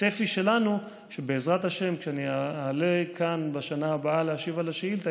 הצפי שלנו הוא שבעזרת השם כשאני אעלה כאן בשנה הבאה להשיב על השאילתה,